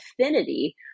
affinity